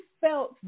felt